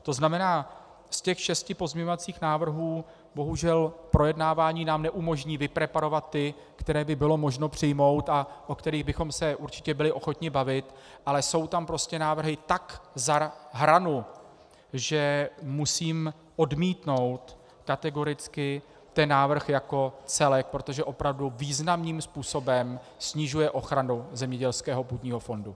To znamená, z těch šesti pozměňovacích návrhů bohužel projednávání nám neumožní vypreparovat ty, které by bylo možno přijmout a o kterých bychom se určitě byli ochotni bavit, ale jsou tam návrhy tak za hranu, že musím odmítnout kategoricky ten návrh jako celek, protože opravdu významným způsobem snižuje ochranu zemědělského půdního fondu.